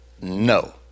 No